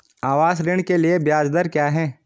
आवास ऋण के लिए ब्याज दर क्या हैं?